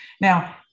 Now